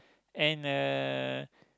and uh